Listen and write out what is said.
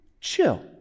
Chill